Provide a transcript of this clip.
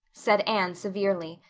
said anne severely.